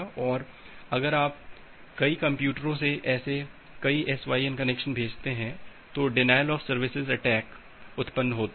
और अगर आप कई कंप्यूटरों से ऐसे कई एसवाईएन कनेक्शन भेजते हैं तो डिनायल ऑफ़ सर्विसेस अटैक उत्पन्न होता है